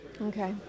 Okay